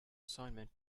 assignment